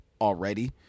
already